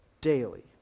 daily